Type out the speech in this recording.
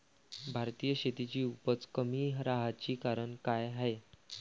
भारतीय शेतीची उपज कमी राहाची कारन का हाय?